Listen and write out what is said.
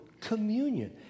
communion